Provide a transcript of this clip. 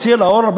הוציאה לאור,